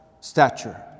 stature